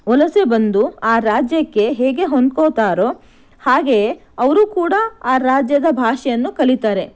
ವಲಸೆ ಬಂದು ಆ ರಾಜ್ಯಕ್ಕೆ ಹೇಗೆ ಹೊಂದ್ಕೊತಾರೋ ಹಾಗೆಯೇ ಅವರೂ ಕೂಡ ಆ ರಾಜ್ಯದ ಭಾಷೆಯನ್ನು ಕಲಿತಾರೆ